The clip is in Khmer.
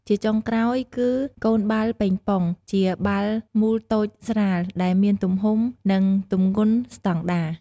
ជាចុងក្រោយគឺ កូនបាល់ប៉េងប៉ុង ជាបាល់មូលតូចស្រាល ដែលមានទំហំ និងទម្ងន់ស្តង់ដារ។